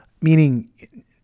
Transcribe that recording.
Meaning